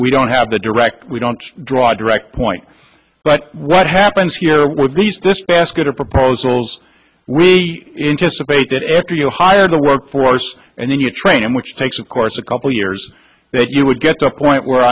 we don't have the direct we don't draw direct point but what happens here with this basket of proposals we anticipate that after you hire the workforce and then you train them which takes of course a couple years that you would get the point where